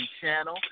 channel